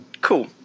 Cool